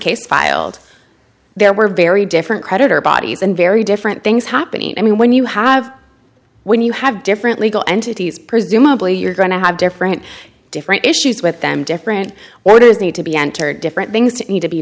case filed there were very different creditor bodies and very different things happening i mean when you have when you have different legal entities presumably you're going to have different different issues with them different what is need to be entered different things to need to be